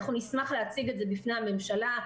נשמח להציג את זה בפני הממשלה,